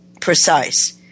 precise